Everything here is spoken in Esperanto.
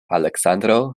aleksandro